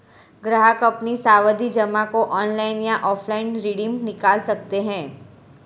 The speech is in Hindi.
ग्राहक अपनी सावधि जमा को ऑनलाइन या ऑफलाइन रिडीम निकाल सकते है